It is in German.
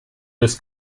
das